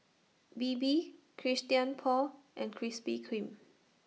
Bebe Christian Paul and Krispy Kreme